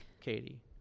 Katie